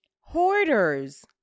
Hoarders